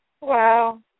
Wow